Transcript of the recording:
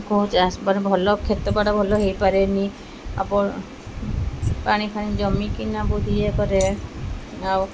କେଉଁ ଚାଷ ମାନେ ଭଲ ଖେତ ବାଡ଼ ଭଲ ହେଇପାରେନି ଆପଣ ପାଣି ଫାଣି ଜମିକିନା ବହୁତ ଇଏ କରେ ଆଉ